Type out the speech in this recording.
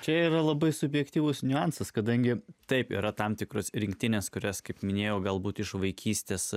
čia yra labai subjektyvus niuansas kadangi taip yra tam tikrus rinktines kurias kaip minėjau galbūt iš vaikystės